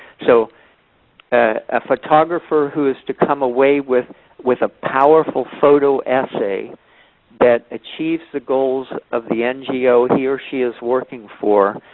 so a photographer who is to come away with with a powerful photo essay that achieves the goals of the ngo he or she is working for,